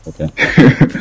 Okay